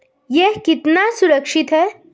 यह कितना सुरक्षित है?